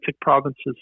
provinces